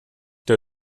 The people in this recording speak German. der